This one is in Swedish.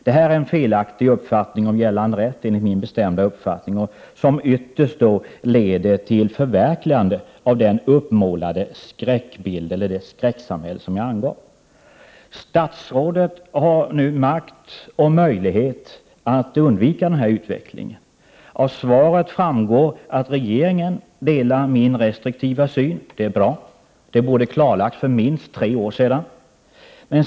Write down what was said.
Detta är en felaktig uppfattning om gällande rätt, enligt min bestämda uppfattning, som ytterst leder till förverkligandet av den uppmålade skräckbild eller det skräcksamhälle som jag angav. Statsrådet har nu makt och möjlighet att undvika denna utveckling. Av svaret framgår att regeringen delar min restriktiva syn. Det är bra. Det borde ha klarlagts för minst tre år sedan.